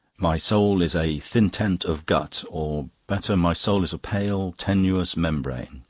my soul is a thin tent of gut. or better my soul is a pale, tenuous membrane.